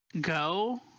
go